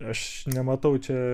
aš nematau čia